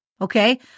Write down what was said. Okay